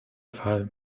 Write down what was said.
fall